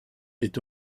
est